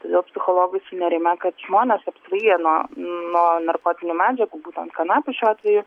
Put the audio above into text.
todėl psichologai sunerimę kad žmonės apsvaigę nuo nuo narkotinių medžiagų būtent kanapių šiuo atveju